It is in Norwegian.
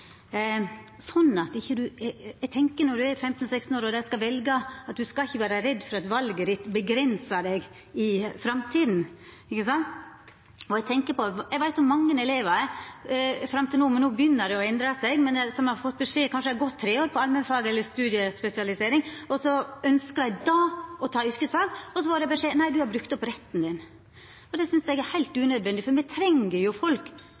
at når ein er 15–16 år og skal velja, skal ein ikkje vera redd for at valet ein tek, avgrensar ein i framtida. Eg veit om mange elevar som fram til no – men no begynner det å endra seg – har gått tre år på allmennfag eller studiespesialisering og så ønskjer dei då å ta yrkesfag, og så får ein beskjed om at ein har brukt opp retten sin. Det synest eg er heilt unødvendig, for me treng folk